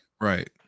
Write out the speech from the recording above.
Right